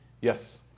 Yes